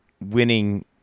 winning